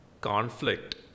conflict